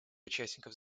участников